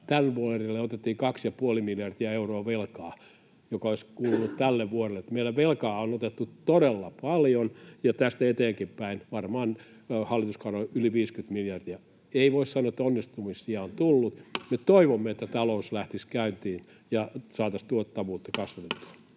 ja puoli miljardia euroa velkaa, joka olisi kuulunut tälle vuodelle. Meillä velkaa on otettu todella paljon ja tästä eteenkinpäin, varmaan hallituskaudella yli 50 miljardia. Ei voi sanoa, että onnistumisia on tullut. Me toivomme, että talous lähtisi käyntiin ja saataisiin tuottavuutta kasvatettua.